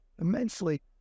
immensely